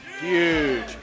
huge